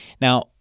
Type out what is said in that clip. now